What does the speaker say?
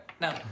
no